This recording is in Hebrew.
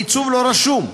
לעיצוב לא רשום.